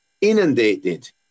inundated